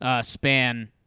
span